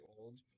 old